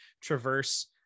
traverse